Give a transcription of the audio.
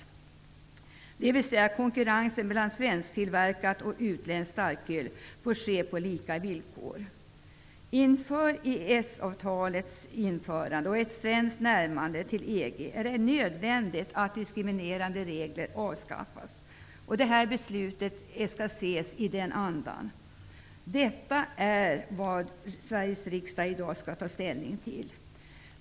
Detta innebär att konkurrensen mellan svensktillverkat och utländskt starköl kan utövas på lika villkor. Inför EES-avtalets genomförande och ett svenskt närmande till EG är det nödvändigt att diskriminerande regler avskaffas, och detta beslut skall ses i den andan. Detta är vad Sveriges riksdag i dag skall ta ställning till.